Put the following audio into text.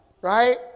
right